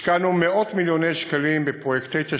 השקענו מאות-מיליוני שקלים בפרויקטים של